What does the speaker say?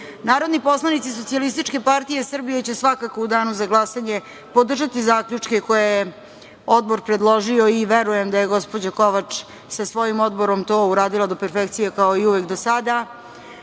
njih. Narodni poslanici Socijalističke partije Srbije će svakako u danu za glasanje podržati zaključke koje je Odbor predložio i verujem da je gospođa Kovač sa svojim Odborom to uradila do perfekcije, kao i uvek do sada,